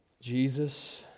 Jesus